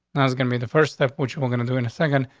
i was gonna be the first step what you were gonna do in a second.